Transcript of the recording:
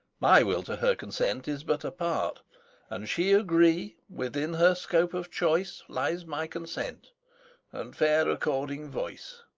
my will to her consent is but a part an she agree, within her scope of choice lies my consent and fair according voice.